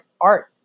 art